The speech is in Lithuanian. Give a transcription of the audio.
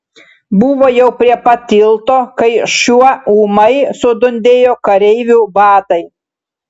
buvo jau prie pat tilto kai šiuo ūmai sudundėjo kareivių batai